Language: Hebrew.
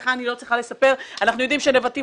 לך אני לא צריכה לספר; אנחנו יודעים שנבטים